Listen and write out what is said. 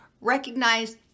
recognize